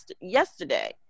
yesterday